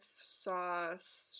sauce